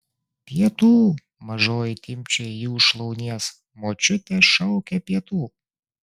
pietų mažoji timpčioja jį už šlaunies močiutė šaukia pietų